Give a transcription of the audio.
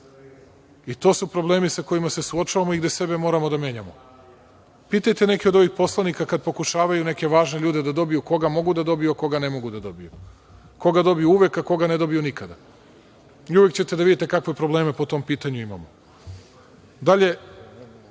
To su problemi sa kojima se suočavamo i gde sebe moramo da menjamo. Pitajte neke od ovih poslanika kada pokušavaju neke važne ljude da dobiju, koga mogu da dobiju a koga ne mogu da dobiju. Koga mogu da dobiju uvek, a koga ne dobiju nikada. Uvek ćete videti kakve probleme po tom pitanju imamo. Dalje,